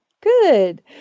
good